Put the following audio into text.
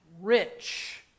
rich